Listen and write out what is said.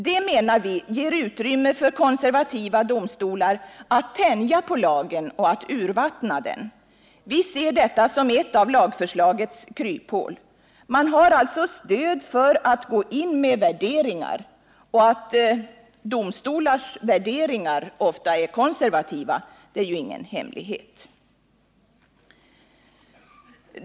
Det menar vi ger utrymme för konservativa domstolar att tänja på lagen och urvattna den. Vi ser detta som ett av lagförslagets kryphål. Man har alltså stöd för att gå in med värderingar, och att domstolars värderingar ofta är konservativa är ju ingen hemlighet.